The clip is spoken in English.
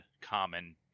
common